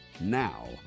now